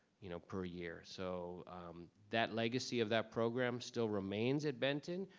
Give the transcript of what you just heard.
you know, per year. so that legacy of that program still remains at benton,